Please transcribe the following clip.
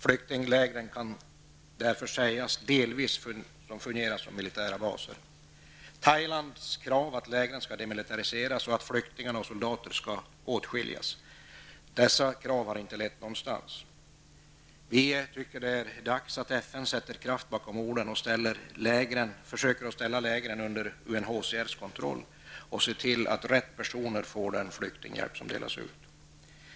Flyktinglägren kan därför sägas delvis fungera som militära baser. Thailands krav att lägren skall demilitariseras och att flyktingar och soldater skall åtskiljas har inte lett någonstans. Vi tycker att det är dags att FN sätter kraft bakom orden, försöker ställa lägren under UNHCFs kontroll och ser till att rätt personer får den flyktinghjälp som delas ut.